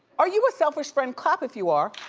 are you a selfish friend? clap if you are.